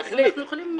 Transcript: תחליט,